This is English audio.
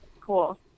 cool